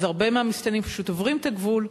אז הרבה מהמסתננים פשוט עוברים את הגבול,